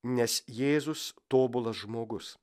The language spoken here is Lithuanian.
nes jėzus tobulas žmogus